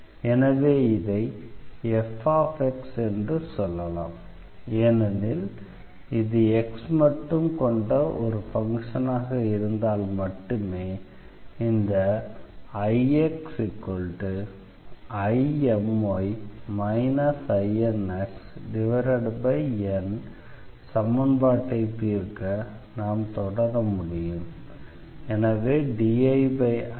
எனவே இதை fx என்று சொல்லலாம் ஏனெனில் இது x மட்டும் கொண்ட ஃபங்ஷனாக இருந்தால் மட்டுமே இந்த IxIMy INxN சமன்பாட்டைத் தீர்க்க நாம் தொடர முடியும்